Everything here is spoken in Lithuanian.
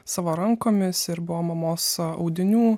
savo rankomis ir buvo mamos audinių